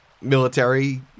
military